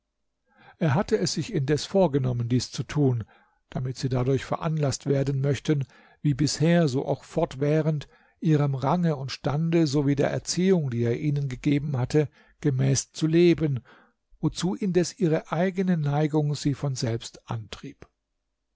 er hatte es sich indes vorgenommen dies zu tun damit sie dadurch veranlaßt werden möchten wie bisher so auch fortwährend ihrem range und stande sowie der erziehung die er ihnen gegeben hatte gemäß zu leben wozu indes ihre eigene neigung sie von selbst antrieb